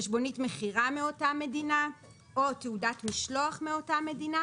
חשבונית מכירה מאותה המדינה או תעודת משלוח מאותה המדינה,